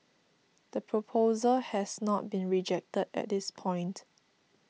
the proposal has not been rejected at this point